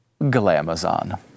Glamazon